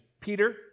Peter